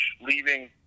leaving